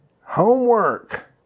Homework